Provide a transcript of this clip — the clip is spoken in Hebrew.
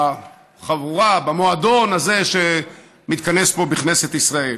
בחבורה, במועדון הזה שמתכנס פה, בכנסת ישראל.